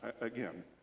again